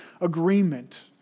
agreement